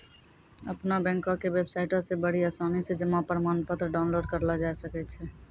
अपनो बैंको के बेबसाइटो से बड़ी आसानी से जमा प्रमाणपत्र डाउनलोड करलो जाय सकै छै